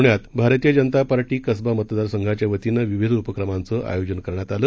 प्ण्यात भारतीयजनतापार्टीकसबामतदारसंघाच्यावतीनंविविधउपक्रमांचेआयोजनकरण्यातआलं